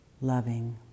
loving